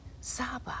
Saba